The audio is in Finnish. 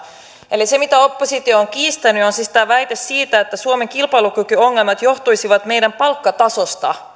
eli se mitä oppositio on kiistänyt on tämä väite siitä että suomen kilpailukykyongelmat johtuisivat meidän palkkatasostamme